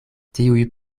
tiuj